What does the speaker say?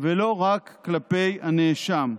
ולא רק כלפי הנאשם,